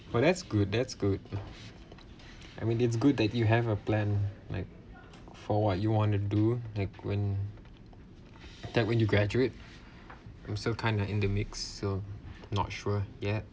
but that's good that's good I mean it's good that you have a plan like for what you want to do like when that when you graduate I'm so kind of in the mixed so not sure yet